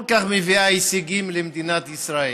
כל כך מביאה הישגים למדינת ישראל,